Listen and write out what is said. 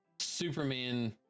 Superman